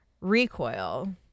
recoil